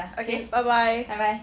okay bye bye